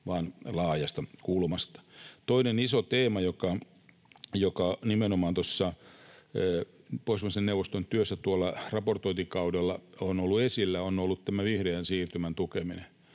vaan laajan kulman. Toinen iso teema, joka nimenomaan Pohjoismaiden neuvoston työssä raportointikaudella on ollut esillä, on ollut tämä vihreän siirtymän tukeminen.